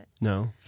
No